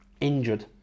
injured